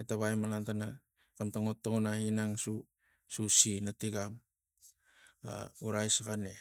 etavai malan tana xamatang ot taunai inang susina tigiam a gura saxa ne